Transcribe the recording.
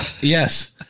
yes